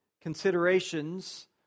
considerations